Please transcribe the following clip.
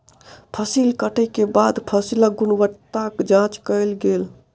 फसिल कटै के बाद फसिलक गुणवत्ताक जांच कयल गेल